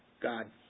God